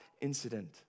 incident